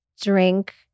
drink